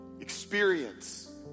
experience